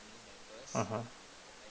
mmhmm